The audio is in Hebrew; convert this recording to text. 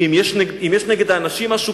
אם יש כנגד האנשים משהו,